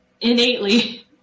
innately